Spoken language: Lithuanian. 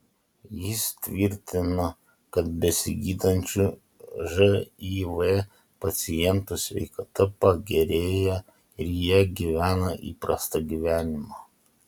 jis tvirtina kad besigydančių živ pacientų sveikata pagerėja ir jie gyvena įprastą gyvenimą